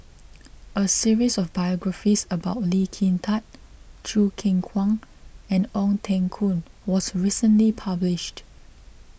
a series of biographies about Lee Kin Tat Choo Keng Kwang and Ong Teng Koon was recently published